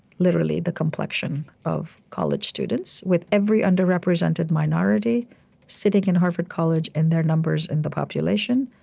literally, the complexion of college students with every underrepresented minority sitting in harvard college in their numbers in the population,